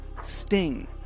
sting